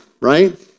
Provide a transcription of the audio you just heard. right